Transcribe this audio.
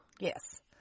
Yes